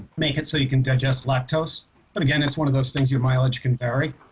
make it so you can digest lactose but again it's one of those things your mileage can vary